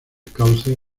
cauce